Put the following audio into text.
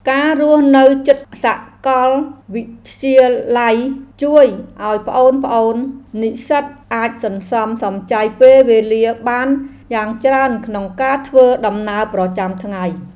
ការរស់នៅជិតសាកលវិទ្យាល័យជួយឱ្យប្អូនៗនិស្សិតអាចសន្សំសំចៃពេលវេលាបានយ៉ាងច្រើនក្នុងការធ្វើដំណើរប្រចាំថ្ងៃ។